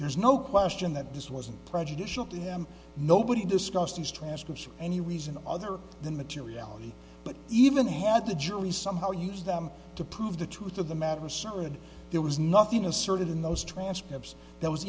there's no question that this wasn't prejudicial to him nobody discussed these transcripts or any reason other than materiality but even had the jury somehow used them to prove the truth of the matter asserted there was nothing asserted in those transcripts that was